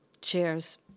Cheers